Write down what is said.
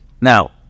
Now